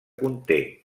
conté